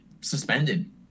suspended